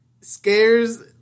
Scares